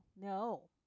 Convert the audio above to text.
no